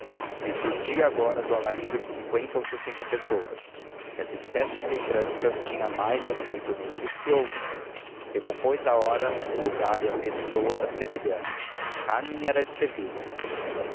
que lhe surdia agora do alarido de cinquenta ou sessenta pessoas essa espécie de lembranças tinha mais efeito nele que outras recompôs a hora o lugar e a pessoa da sevilhana cármen era de sevilha